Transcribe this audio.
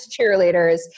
cheerleaders